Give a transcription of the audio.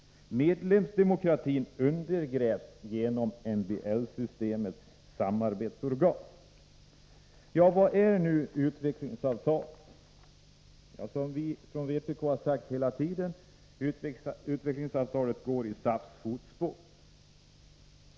Medlemsdemokratin undergrävs genom MBL-systemets samarbetsorgan. Vad är då utvecklingsavtalet? Som vi från vpk hela tiden har sagt går utvecklingsavtalet i SAF:s fotspår.